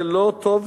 זה לא טוב,